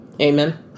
Amen